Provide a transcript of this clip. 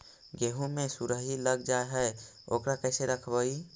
गेहू मे सुरही लग जाय है ओकरा कैसे रखबइ?